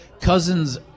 Cousins